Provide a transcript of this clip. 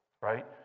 right